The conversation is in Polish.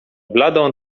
bladą